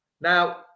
Now